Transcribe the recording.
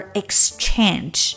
exchange 。